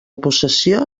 possessió